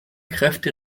kräfte